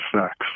sex